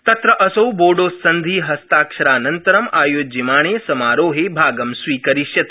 तत्र असौ बोडोसन्धिहस्ताक्षरानन्तरं आयोज्याणे समारोहे भागं स्वीकरिष्यति